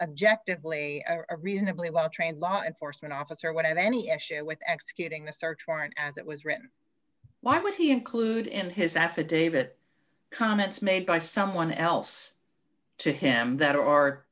objective play a reasonably well trained law enforcement officer would have any issue with executing this search warrant as it was written why would he include in his affidavit comments made by someone else to him that